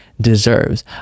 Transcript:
deserves